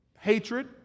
hatred